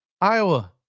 Iowa